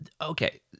Okay